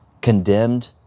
condemned